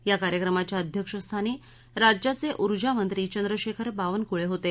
या कार्यक्रमाच्या अध्यक्षस्थानी राज्याचे ऊर्जा मंत्री चंद्रशेखर बावनक्ळे होते